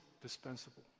dispensable